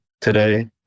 today